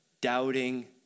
Doubting